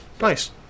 Nice